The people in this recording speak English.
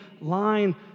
line